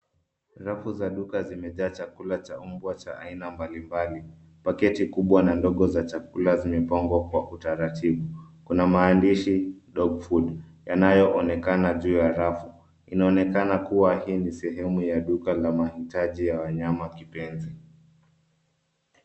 Rafu za duka zimejaa chakula cha mbwa cha aina mbalimbali. Pakiti kubwa na ndogo za chakula zimepangwa kwa utaratibu. Kuna maandishi dog food yanaonekana juu ya rafu. Inaonekana kuwa hii ni sehemu ya duka la mahitaji ya wanyama kipenzi.